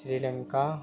Sri Lanka